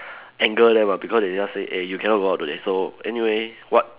anger them ah because they just say eh you cannot go out today so anyway what